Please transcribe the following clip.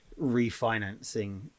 refinancing